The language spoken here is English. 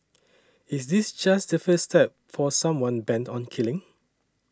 is this just the first step for someone bent on killing